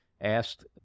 asked